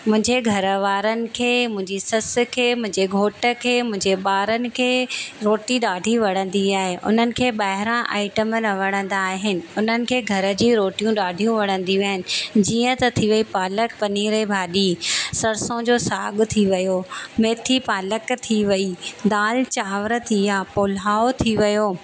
मुंहिंजे घरु वारनि खे मुंहिंजी सस खे मुंहिंजे घोट खे मुंहिंजे ॿारनि खे रोटी ॾाढी वणंदी आहे उन्हनि खे ॿाहिरां आईटम न वणंदा आहिनि उन्हनि खे घर जी रोटियूं ॾाढियूं वणंदियूं आहिनि जीअं त थी वई पालक पनीर जी भाॼी सरसो जो साग थी वियो मेथी पालक थी वई दाल चांवर थी या पुलाउ थी वियो